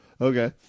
Okay